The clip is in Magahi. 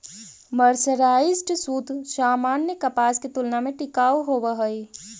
मर्सराइज्ड सूत सामान्य कपास के तुलना में टिकाऊ होवऽ हई